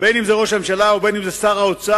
בין אם זה ראש הממשלה או שר האוצר,